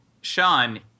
Sean